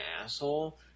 asshole